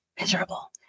miserable